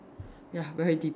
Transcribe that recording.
ya very detailed